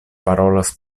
parolas